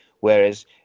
Whereas